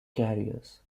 carriers